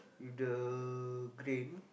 with the grain